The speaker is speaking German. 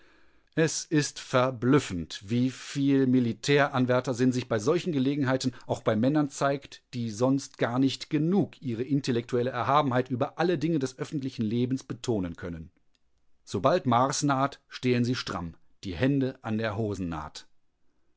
es ist verblüffend wie viel militäranwärtersinn sich bei solchen gelegenheiten auch bei männern zeigt die sonst gar nicht genug ihre intellektuelle erhabenheit über alle dinge des öffentlichen lebens betonen können sobald mars naht stehen sie stramm die hände an der hosennaht